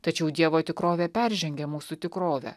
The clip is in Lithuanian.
tačiau dievo tikrovė peržengia mūsų tikrovę